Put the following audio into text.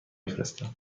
فرستم